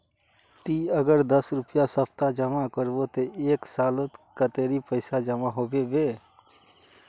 ती अगर दस रुपया सप्ताह जमा करबो ते एक सालोत कतेरी पैसा जमा होबे बे?